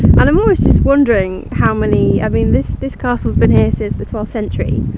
and, i'm almost just wondering, how many, i mean, this this castle's been here since the twelfth century,